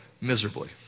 miserably